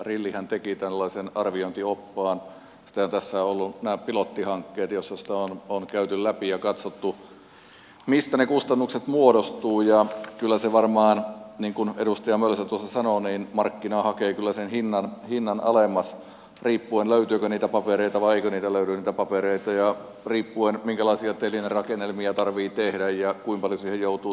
rilhän teki tällaisen arviointioppaan sitten tässä ovat olleet nämä pilottihankkeet joissa sitä on käyty läpi ja katsottu mistä ne kustannukset muodostuvat ja kyllä varmaan niin kuin edustaja mölsä sanoi markkina hakee sen hinnan alemmas riippuen löytyykö niitä papereita vai eikö niitä papereita löydy ja riippuen minkälaisia telinerakennelmia tarvitsee tehdä ja kuinka paljon siihen joutuu työaikaa käyttämään